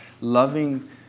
loving